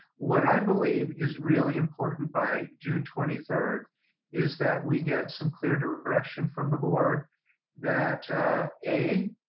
what i believe is really important by june twenty third is that we get some clear direction from the board that a,